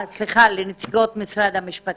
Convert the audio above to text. סליחה, זה לנציגות משרד המשפטים.